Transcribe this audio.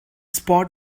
spot